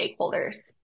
stakeholders